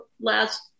last